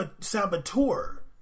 saboteur